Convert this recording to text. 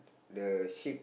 the sheep